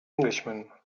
englishman